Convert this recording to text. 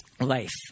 life